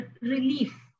relief